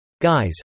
Guys